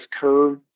curve